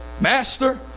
master